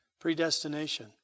Predestination